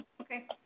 Okay